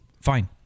Fine